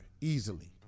Easily